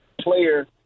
player